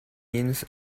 means